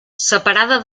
separada